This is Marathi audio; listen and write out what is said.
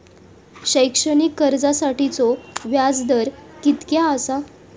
शैक्षणिक कर्जासाठीचो व्याज दर कितक्या आसा?